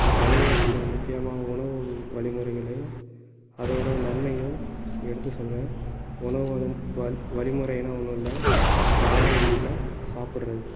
தமிழ்நாட்டில் முக்கியமாக உணவு வழிமுறைகளை அதோடய நன்மையும் எடுத்து சொல்லுவேன் உணவு வழி வழிமுறைனா ஒன்றும் இல்லை வாழையிலையில சாப்பிடுறது